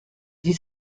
sie